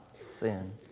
sin